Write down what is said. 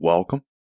Welcome